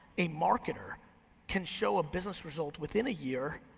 a marketer can show a business result within a year,